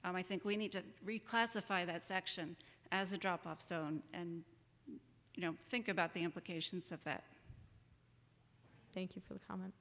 i think we need to re classify that section as a drop off zone and you know think about the implications of that thank you for the